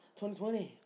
2020